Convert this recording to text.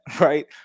right